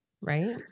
Right